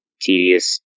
tedious